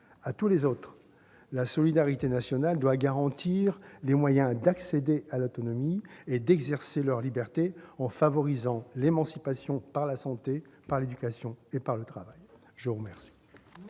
À tous les autres, la solidarité nationale doit garantir les moyens d'accéder à l'autonomie et d'exercer leur liberté en favorisant l'émancipation par la santé, par l'éducation et par le travail. Mes chers